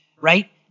right